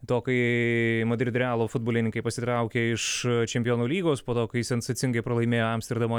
to kai madrido realo futbolininkai pasitraukė iš čempionų lygos po to kai sensacingai pralaimėjo amsterdamo